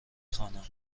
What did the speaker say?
خوانم